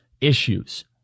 issues